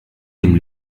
dem